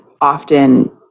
often